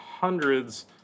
hundreds